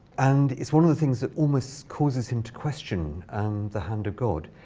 and it's one of the things that almost causes him to question the hand of god.